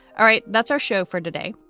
all right. that's our show for today.